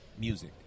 music